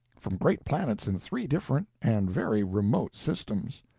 from great planets in three different and very remote systems.